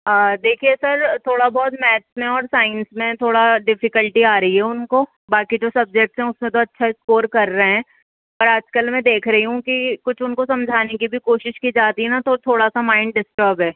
دیکھیے سر تھوڑا بہت میتھ میں اور سائنس میں تھوڑا ڈفکلٹی آ رہی ہے ان کو باقی جو سبجیکٹ ہے اس میں تو اچھا اسکور کر رہے ہیں اور آج کل میں دیکھ کر رہی ہوں کہ کچھ ان کو سمجھانے کی کوشش کی جاتی ہے نا تو تھوڑا سا مائنڈ ڈسٹرب ہے